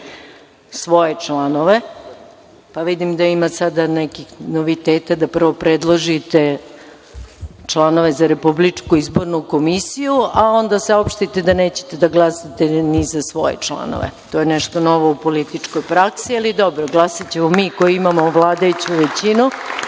svoje članove, pa vidim da sada ima nekih noviteta da prvo predložite članove za RIK, a onda saopštite da nećete da glasate ni za svoje članove. To je nešto novo u političkoj praksi, ali dobro, glasaćemo mi koji imamo vladajuću većinu